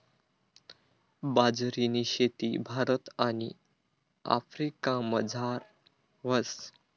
बाजरीनी शेती भारत आणि आफ्रिकामझार व्हस